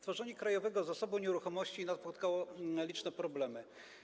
Tworzenie Krajowego Zasobu Nieruchomości napotkało liczne problemy.